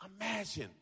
Imagine